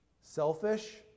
Selfish